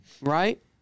Right